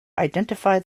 identify